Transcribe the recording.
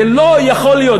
זה לא יכול להיות,